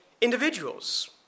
individuals